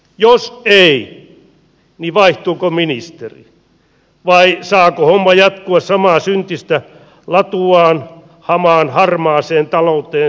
jos ei niin vaihtuuko ministeri vai saako homma jatkua samaa syntistä latuaan hamaan harmaaseen talouteen saakka